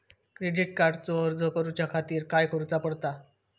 Credit कार्डचो अर्ज करुच्या खातीर काय करूचा पडता?